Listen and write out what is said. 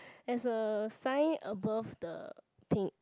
there's a sign above the pink